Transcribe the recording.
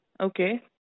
okay